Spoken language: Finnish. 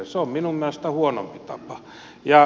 se on minun mielestäni huonompi tapa